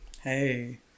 Hey